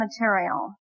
material